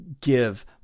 give